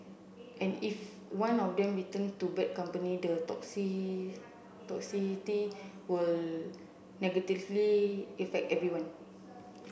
and if one of them return to bad company the toxicity will negatively affect everyone